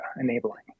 enabling